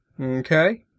Okay